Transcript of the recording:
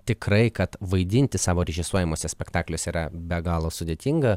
tikrai kad vaidinti savo režisuojamuose spektakliuose yra be galo sudėtinga